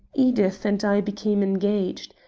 edith and i became engaged.